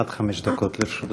עד חמש דקות לרשות אדוני.